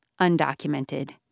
undocumented